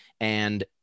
and-